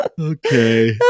Okay